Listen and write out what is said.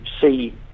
see